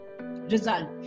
result